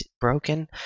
broken